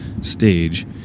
stage